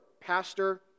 pastor